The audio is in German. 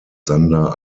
sander